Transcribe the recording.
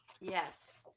yes